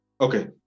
Okay